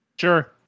Sure